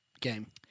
game